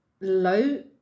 low